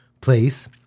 place